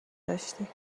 داشتی